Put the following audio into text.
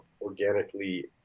organically